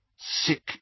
Sick